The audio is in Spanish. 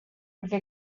porque